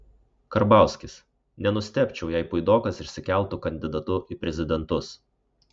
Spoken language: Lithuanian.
karbauskis nenustebčiau jei puidokas išsikeltų kandidatu į prezidentus